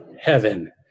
Heaven